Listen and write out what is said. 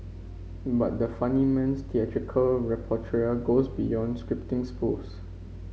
but the funny man's theatrical repertoire goes beyond scripting spoofs